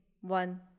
one